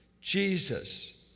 Jesus